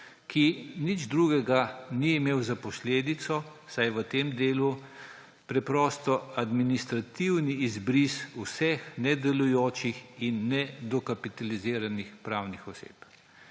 ki nič drugega ni imel za posledico, vsaj v tem delu, preprosto administrativni izbris vseh nedelujočih in nedokapitaliziranih pravnih oseb.